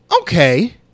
okay